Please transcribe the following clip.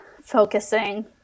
focusing